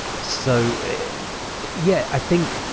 so yeah, i think,